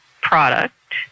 product